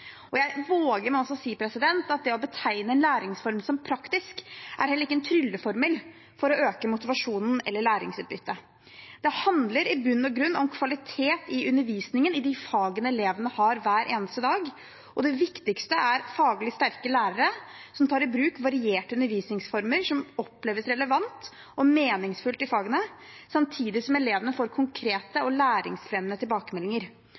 Jeg våger meg også på å si at det å betegne en læringsform som praktisk, heller ikke er en trylleformel for å øke motivasjonen eller læringsutbyttet. Det handler i bunn og grunn om kvalitet i undervisningen i de fagene elevene har hver eneste dag, og det viktigste er faglig sterke lærere som tar i bruk varierte undervisningsformer som oppleves som relevante og meningsfulle i fagene, samtidig som elevene får konkrete og læringsfremmende tilbakemeldinger.